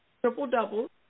triple-doubles